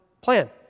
plan